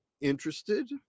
Interested